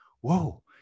whoa